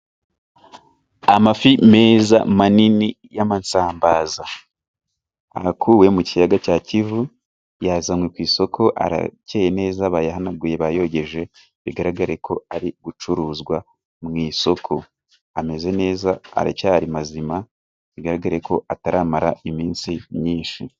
Amafi meza, manini y'amasambaza. Arakuwe mu kiyaga cya Kivu, yazanywe ku isoko, arakeye neza, bayahanaguye, bayogeje, bigaragare ko ari gucuruzwa mu isoko. Ameze neza aracyari mazima, bigaragare ko ataramara iminsi myinshi.